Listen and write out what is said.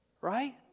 right